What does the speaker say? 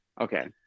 Okay